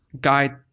guide